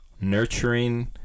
nurturing